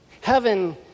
Heaven